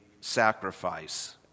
sacrifice